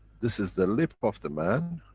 this is the lip of the man.